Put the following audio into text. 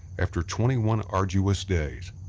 after twenty one arduous days,